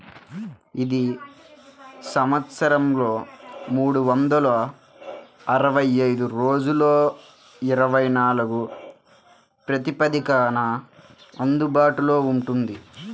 ఇది సంవత్సరంలో మూడు వందల అరవై ఐదు రోజులలో ఇరవై నాలుగు ప్రాతిపదికన అందుబాటులో ఉంటుంది